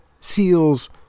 Seals